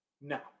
No